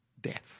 death